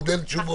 עוד אין תשובות.